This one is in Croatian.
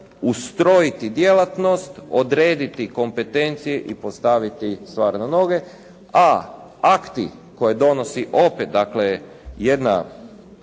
ustrojiti djelatnost, odrediti kompetencije i postaviti stvar na noge a akti koje donosi opet dakle jedna